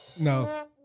No